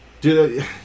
dude